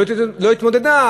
לא התמודדה.